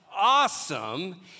awesome